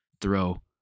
throw